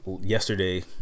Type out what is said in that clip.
yesterday